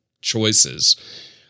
choices